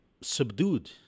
subdued